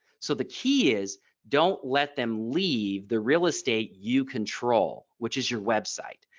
so the key is don't let them leave the real estate you control which is your website.